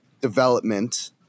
development